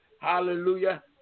Hallelujah